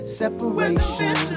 separation